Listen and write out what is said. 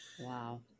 wow